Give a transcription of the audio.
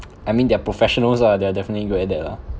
I mean they are professionals ah they are definitely good at that ah